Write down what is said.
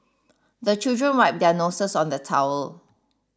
the children wipe their noses on the towel